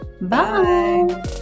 bye